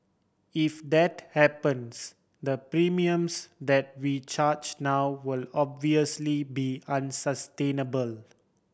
if that happens the premiums that we charge now will obviously be unsustainable